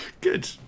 Good